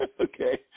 okay